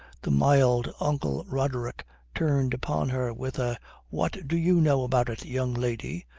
the mild uncle roderick turned upon her with a what do you know about it, young lady?